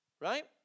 right